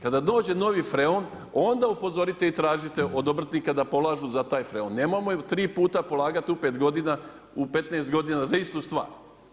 Kada dođe novi freon, onda upozorite i tražite od obrtnika da polažu za taj freon, nemojmo ih 3 puta polagati u 5 godina, u 15 godina za istu stvar.